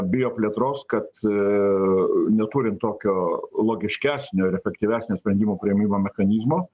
bio plėtros kad neturint tokio logiškesnio ir efektyvesnio sprendimo priėmimų mechanizmo